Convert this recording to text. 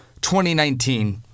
2019